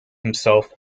himself